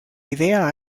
idea